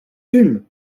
fume